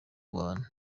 bantu